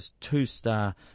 two-star